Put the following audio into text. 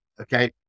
okay